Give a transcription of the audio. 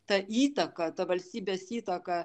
ta įtaka ta valstybės įtaka